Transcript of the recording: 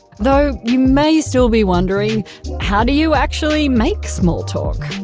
though you may still be wondering how do you actually make small talk?